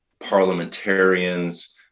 parliamentarians